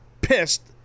pissed